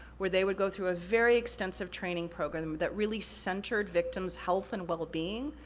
where they would go through a very extensive training program that really centered victim's health and wellbeing,